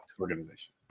organization